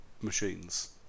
machines